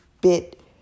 bit